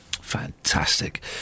Fantastic